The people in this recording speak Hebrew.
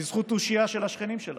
בזכות תושייה של השכנים שלה.